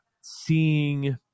seeing